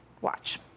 Watch